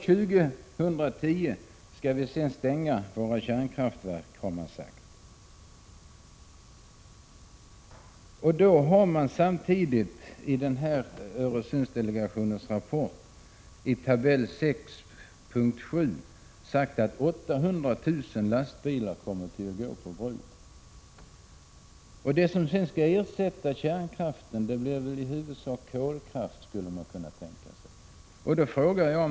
Man har sagt att vi skall stänga våra kärnkraftverk år 2010. I den här rapporten från Öresundsdelegationen har man samtidigt i tabell 6 p. 7 sagt att ytterligare 800 000 lastbilar kommer att trafikera bron. Det blir väl i huvudsak kolkraften som skall ersätta kärnkraften.